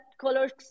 colors